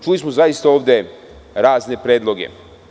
Čuli smo zaista ove razne predloge.